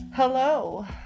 Hello